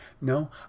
No